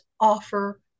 offer